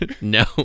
no